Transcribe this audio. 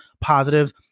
positives